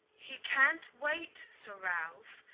he cant wait, sir ralph.